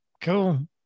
Cool